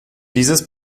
dieses